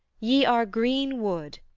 ye are green wood,